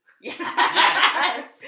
Yes